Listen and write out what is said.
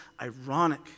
ironic